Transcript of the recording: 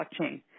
blockchain